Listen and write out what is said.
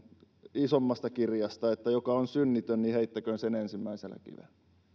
isommasta kirjasta että joka on synnitön niin heittäköön sen ensimmäisen kiven